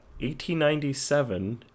1897